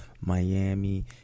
Miami